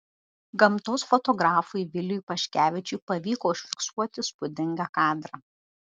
gamtos fotografui viliui paškevičiui pavyko užfiksuoti įspūdingą kadrą